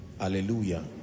Hallelujah